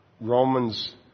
Romans